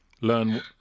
learn